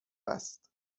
است